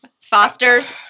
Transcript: Foster's